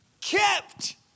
Kept